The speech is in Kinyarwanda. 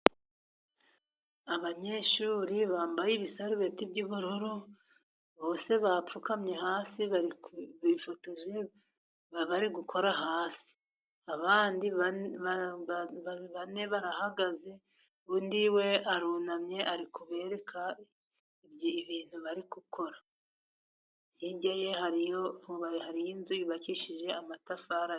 Abanyeshuri bambaye ibisarubeti by'ubururu, bose bapfukamye hasi, bari bifotoje bari gukora hasi. Abandi bane barahagaze, undi we arunamye, ari kubereka ibyo bintu bari gukora. Hirya ye hari inzu yubakishije amatafari .